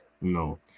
No